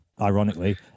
ironically